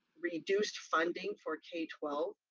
reduced funding for k twelve.